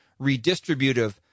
redistributive